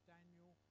Daniel